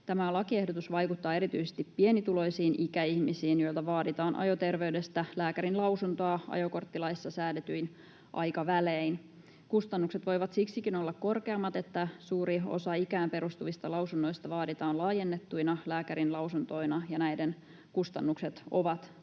Tämä lakiehdotus vaikuttaa erityisesti pienituloisiin ikäihmisiin, joilta vaaditaan ajoterveydestä lääkärinlausuntoa ajokorttilaissa säädetyin aikavälein. Kustannukset voivat siksikin olla korkeammat, että suuri osa ikään perustuvista lausunnoista vaaditaan laajennettuina lääkärinlausuntoina ja näiden kustannukset ovat korkeammat.